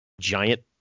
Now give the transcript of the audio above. Giant